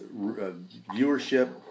viewership